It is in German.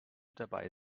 dabei